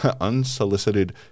unsolicited